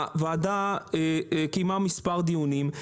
הוועדה קיימה מספר דיונים.